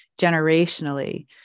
generationally